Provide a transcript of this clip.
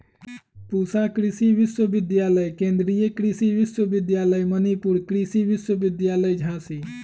पूसा कृषि विश्वविद्यालय, केन्द्रीय कृषि विश्वविद्यालय मणिपुर, कृषि विश्वविद्यालय झांसी